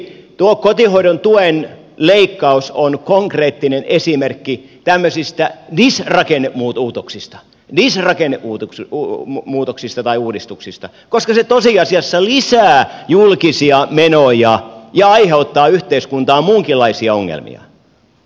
tuo kotihoidon tuen leikkaus on konkreettinen esimerkki tämmöisistä disrakennemuutoksista disrakennemuutoksista tai uudistuksista koska se tosiasiassa lisää julkisia menoja ja aiheuttaa yhteiskuntaan muunkinlaisia ongelmia